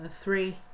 Three